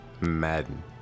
Madden